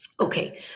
Okay